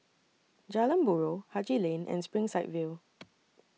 Jalan Buroh Haji Lane and Springside View